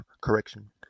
correction